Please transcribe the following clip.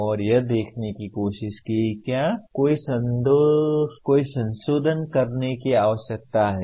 और यह देखने की कोशिश की कि क्या कोई संशोधन करने की आवश्यकता है